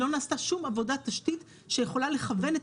לא נעשתה שום עבודת תשתית שיכולה לכוון את